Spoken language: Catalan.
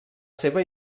seva